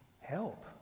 help